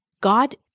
God